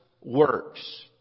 works